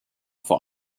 vor